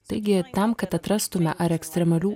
taigi tam kad atrastume ar ekstremalių